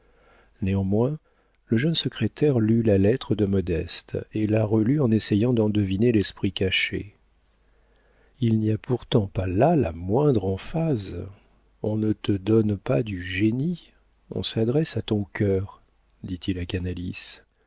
néanmoins le jeune secrétaire lut la lettre de modeste et la relut en essayant d'en deviner l'esprit caché il n'y a pourtant pas là la moindre emphase on ne te donne pas du génie on s'adresse à ton cœur dit-il à